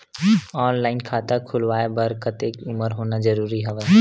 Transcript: Online खाता खुलवाय बर कतेक उमर होना जरूरी हवय?